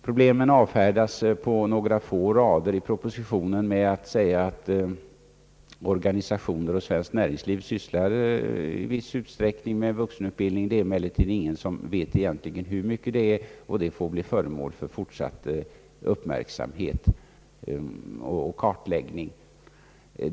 Problemen avfärdas i propositionen på några få rader, där det framhålls att organisationer och näringsliv i vårt land i viss utsträckning sysslar med vuxenutbildning men att det egentligen inte är någon som vet hur mycket — detta får bli föremål för uppmärksamhet och kartläggning.